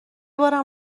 بارم